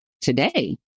today